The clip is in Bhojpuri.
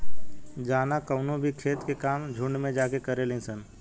जाना कवनो भी खेत के काम झुंड में जाके करेली सन